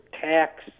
tax